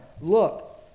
look